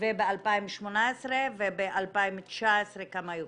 ב-2018 וב-2019 כמה יוקצה.